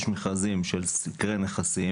יש מכרזים של סקרי נכסים.